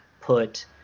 put